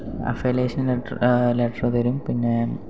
affiliation letter letter തരും പിന്നെ